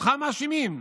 אותך מאשימים.